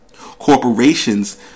Corporations